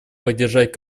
поддержать